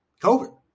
COVID